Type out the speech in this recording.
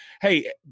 hey